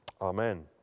Amen